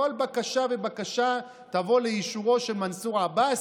כל בקשה ובקשה תבוא לאישורו של מנסור עבאס,